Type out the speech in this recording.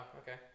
okay